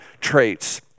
traits